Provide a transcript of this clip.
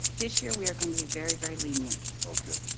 this year we are going to be very, very lenient. okay.